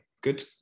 Good